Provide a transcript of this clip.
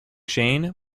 jane